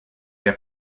der